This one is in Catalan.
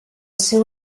seu